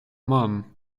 mum